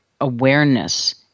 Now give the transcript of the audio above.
awareness